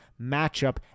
matchup